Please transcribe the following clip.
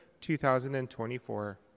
2024